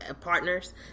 partners